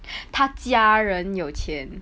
他家人有钱